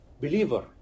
believer